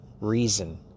reason